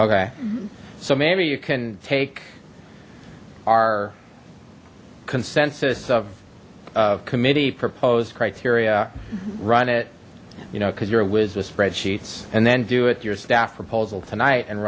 okay so maybe you can take our consensus of committee proposed criteria run it you know cuz you're a whiz with spreadsheets and then do it your staff proposal tonight and